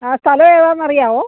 ആ സ്ഥലവേതാന്നറിയാവൊ